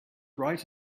bright